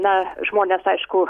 na žmonės aišku